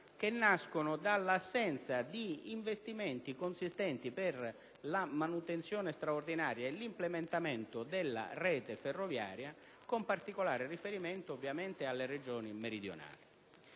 derivanti dall'assenza di investimenti consistenti per la manutenzione straordinaria e l'implementazione della rete ferroviaria, con particolare riferimento alle Regioni meridionali.